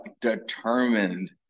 determined